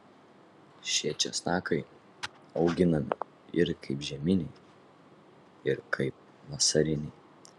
šie česnakai auginami ir kaip žieminiai ir kaip vasariniai